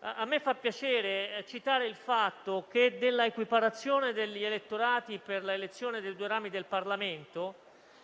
A me fa piacere ricordare che dell'equiparazione degli elettorati per l'elezione dei due rami del Parlamento